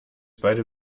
beide